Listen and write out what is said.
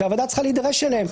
שהוועדה צריכה להידרש אליהן,